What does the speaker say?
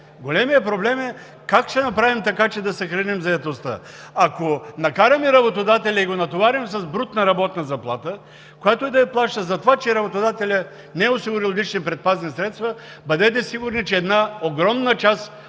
Големият проблем е как да направим така, че да съхраним заетостта, ако накараме работодателя и го натоварим с брутна работна заплата, която да плаща, затова че работодателят не е осигурил лични предпазни средства. Бъдете сигурни, че една огромна част